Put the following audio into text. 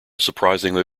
surprisingly